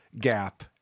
gap